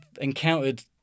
encountered